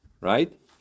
right